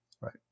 Right